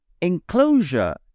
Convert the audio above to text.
enclosure